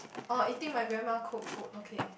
oh eating my grandma cooked food okay